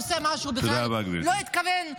עושה משהו שבכלל לא התכוון.